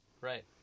Right